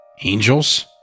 Angels